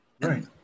Right